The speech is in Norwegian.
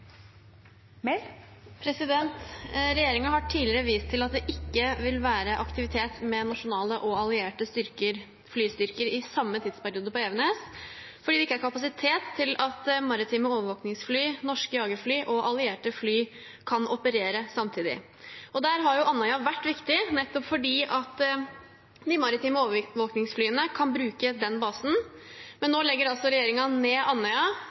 Mehl – til oppfølgingsspørsmål. Regjeringen har tidligere vist til at det ikke vil være aktivitet med nasjonale og allierte flystyrker i samme tidsperiode på Evenes, fordi det ikke er kapasitet til at maritime overvåkningsfly, norske jagerfly og allierte fly kan operere samtidig. Der har Andøya vært viktig nettopp fordi de maritime overvåkningsflyene kan bruke den basen. Men nå legger regjeringen ned Andøya,